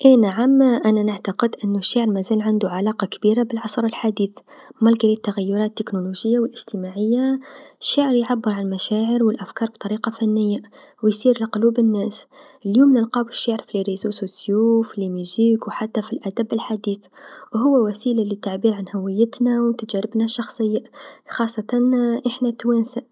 إيه نعم أنا نعتقد أنو الشعر مازال عندو علاقه كبيرا بالعصر الحديث، رغم التغيرات التكنولوجيه و الإجتماعيه، الشعر يعبر عن المشاعر و الأفكار بطريقه فنيه و يسير مقلوب بالناس، اليوم نلقاو الشعر في وسائل التواصل الإجتماعي، في الموسيقى و حتى في الأدب الحديث، هو وسيله لتعبير عن هويتنا و تجاربنا الشخصيه خاصة إحنا التوانسه.